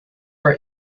for